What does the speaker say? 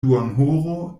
duonhoro